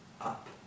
up